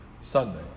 Sunday